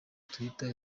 twitter